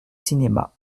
cinéma